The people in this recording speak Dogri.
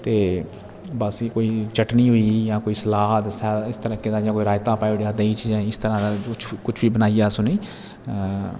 ते बस कोई चटनी होई गेई जां कोई सलाद स इस तरीके जां कोई रायता पाई उड़ेआ देहीं च जां इस तरह दा जो कुछ बी बनाइयै अस उ'नेंगी